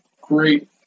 great